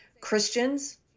Christians